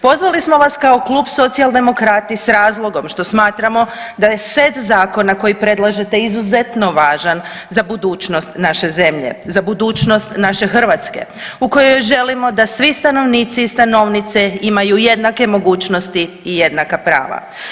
Pozvali smo vas kao Klub socijaldemokrati s razlogom što smatramo da je set zakona koji predlažete izuzetno važan za budućnost naše zemlje, za budućnost naše Hrvatske u kojoj želimo da svi stanovnici i stanovnice imaju jednake mogućnosti i jednaka prava.